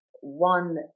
one